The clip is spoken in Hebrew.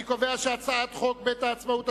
אני קובע שחוק בית העצמאות,